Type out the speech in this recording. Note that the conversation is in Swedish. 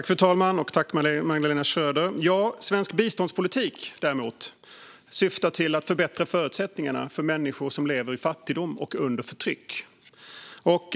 Fru talman! Svensk biståndspolitik syftar till att förbättra förutsättningarna för människor som lever i fattigdom och under förtryck.